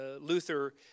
Luther